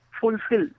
fulfill